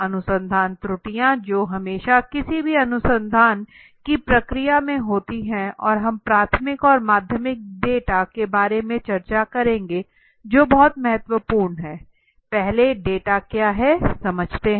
अनुसंधान त्रुटियाँ जो हमेशा किसी भी अनुसंधान की प्रक्रिया में होती हैं और हम प्राथमिक और माध्यमिक डेटा के बारे में चर्चा करेंगे जो बहुत महत्वपूर्ण है पहले डेटा क्या है समझते हैं